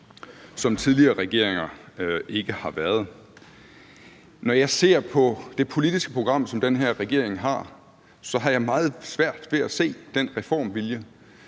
tidligere regeringer ikke har været. Når jeg ser på det politiske program, som den her regering har, har jeg meget svært ved at se den reformvilje.